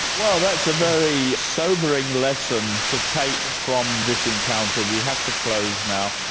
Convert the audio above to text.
well that's a very sobering lesson to take from this encounter. we have to close now.